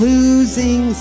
Losing